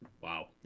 Wow